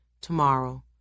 tomorrow